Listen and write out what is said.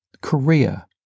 Korea